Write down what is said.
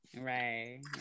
right